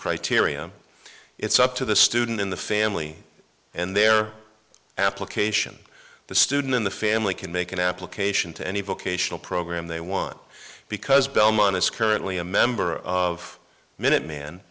criteria it's up to the student in the family and their application the student in the family can make an application to any vocational program they want because belmont is currently a member of minuteman